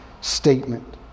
statement